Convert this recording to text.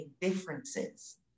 differences